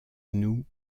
nous